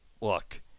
look